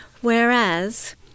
Whereas